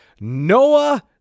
Noah